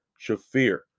Shafir